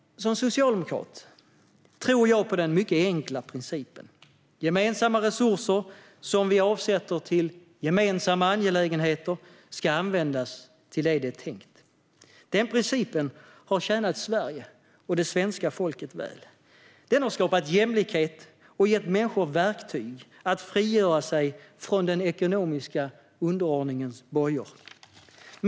Som socialdemokrat tror jag på den mycket enkla principen att gemensamma resurser som vi avsätter till gemensamma angelägenheter ska användas till det de är avsedda för. Den principen har tjänat Sverige och det svenska folket väl. Den har skapat jämlikhet och gett människor verktyg att frigöra sig från den ekonomiska underordningens bojor.